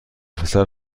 پسر